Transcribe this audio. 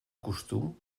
costum